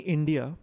India